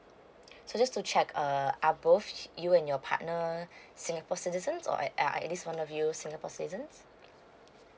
so just to check uh are both you and your partner singapore citizens or uh at least one of you singapore citizen